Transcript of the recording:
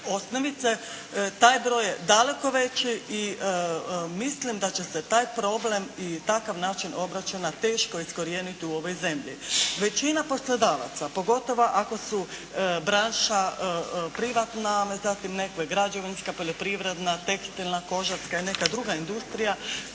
osnovice taj broj je daleko veći i mislim da će se taj problem i takav način obraćanja teško iskorijeniti u ovoj zemlji. Većina poslodavaca pogotovo ako su branša privatna, zatim nekakva građevinska, poljoprivredna, tekstilna, kožarska i neka druga industrija